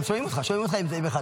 הם שומעים אותך, שומעים אותך עם אחד.